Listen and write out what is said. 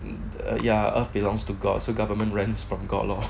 um ya of belongs to god so government rents from god lor